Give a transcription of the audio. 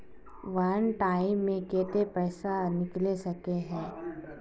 वन time मैं केते पैसा निकले सके है?